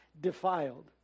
defiled